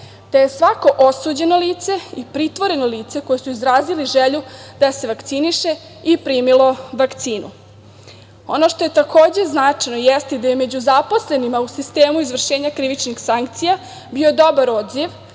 te je svako osuđeno lice i pritvoreno lice koji su izrazili želju da se vakcinišu i primilo vakcinu. Ono što je takođe značajno jeste da je među zaposlenima u sistemu izvršenja krivičnih sankcija bio dobar odziv,